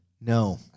No